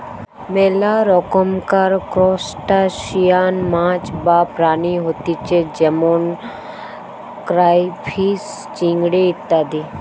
মেলা রকমকার ত্রুসটাসিয়ান মাছ বা প্রাণী হতিছে যেমন ক্রাইফিষ, চিংড়ি ইত্যাদি